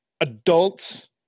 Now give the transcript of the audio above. adults